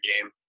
game